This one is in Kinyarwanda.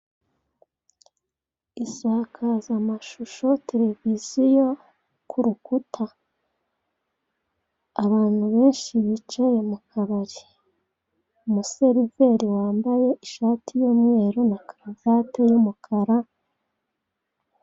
Insakazamashusho, televiziyo, ku rukuta. Abantu benshi bicaye mu kabari. Umuseriveri wambaye ishati y'umweru na karuvati y'umukara,